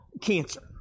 cancer